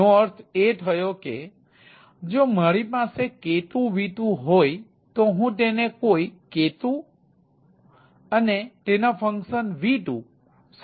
એનો અર્થ એ થયો કે જો મારી પાસે k2v2 હોય તો હું તેને કોઈ k2 અને તેના ફંકશન v2 સાથે મેપ કરીશ